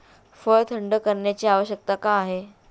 फळ थंड करण्याची आवश्यकता का आहे?